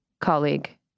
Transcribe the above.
colleague